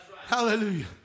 Hallelujah